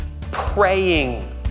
praying